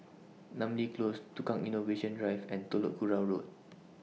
Namly Close Tukang Innovation Drive and Telok Kurau Road